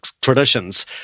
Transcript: traditions